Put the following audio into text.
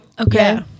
Okay